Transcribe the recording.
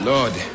Lord